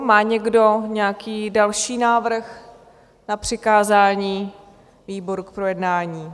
Má někdo nějaký další návrh na přikázání výboru k projednání?